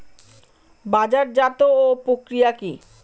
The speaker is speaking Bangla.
বাজারজাতও প্রক্রিয়া কি?